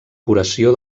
curació